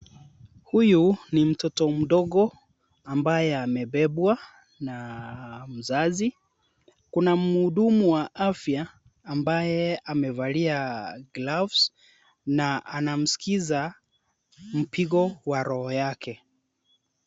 Huyu ni mtoto mdogo ambaye amebebwa na mzazi. Kuna mhudumu wa afya ambaye amevalia gloves na anamskiza mpigo wa roho yake.